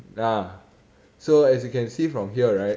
ah so as you can see from here right